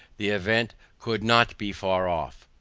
the event could not be far off.